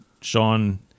Sean